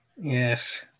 Yes